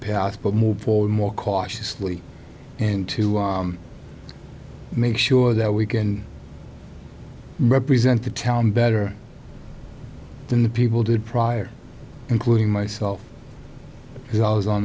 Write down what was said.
past but move forward more cautiously and to make sure that we can represent the town better than the people did prior including myself because i was on